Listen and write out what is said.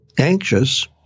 anxious